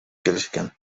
келишкен